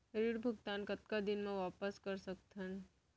ऋण भुगतान कतका दिन म वापस कर सकथन?